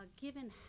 given